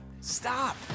Stop